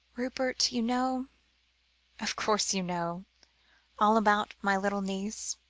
rupert, you know of course you know all about my little niece,